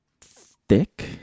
thick